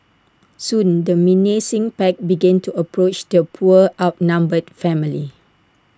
soon the menacing pack began to approach the poor outnumbered family